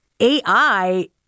AI